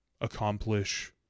accomplish